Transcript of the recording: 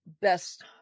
best